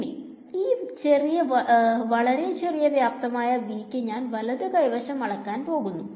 ഇനി ഈ ചെറിയ വളരെ ചെറിയ വ്യാപ്തമായ V ക്ക് ഞാൻ വലതു കൈ വശം അലക്കാൻ പോകുന്നു